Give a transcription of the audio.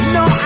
no